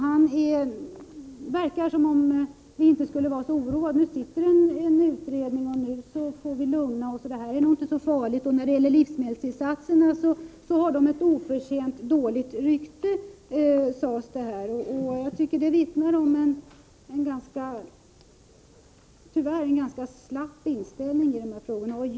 Det verkar som om han inte skulle vara så oroad — nu sitter en utredning, nu får vi lugna oss, det här är nog inte så farligt. Och när det gäller livsmedelstillsatserna har de ett oförtjänt dåligt rykte, sades det här. Jag tycker att det vittnar om en tyvärr ganska slapp inställning i dessa frågor.